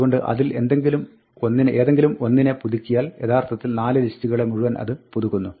അതുകൊണ്ട് അതിൽ ഏതെങ്കിലും ഒന്നിനെ പുതുക്കിയാൽ യഥാർത്ഥിൽ 4 ലിസ്റ്റുകളെ മുഴുവൻ അത് പുതുക്കുന്നു